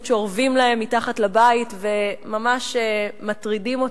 שאורבים להם מתחת לבית וממש מטרידים אותם.